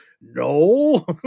no